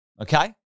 okay